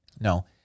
No